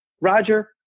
Roger